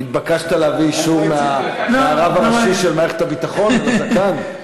התבקשת להביא אישור מהרב הראשי של מערכת הביטחון על הזקן?